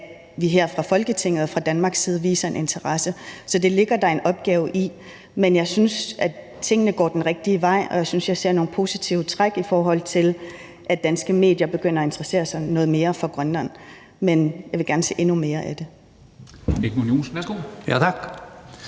man her fra Folketingets og fra Danmarks side viser en interesse. Så det ligger der en opgave i. Jeg synes, at tingene går den rigtige vej, og jeg synes, at jeg ser nogle positive træk, i forhold til at danske medier begynder at interessere sig noget mere for Grønland, men jeg vil gerne se endnu mere af det.